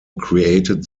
created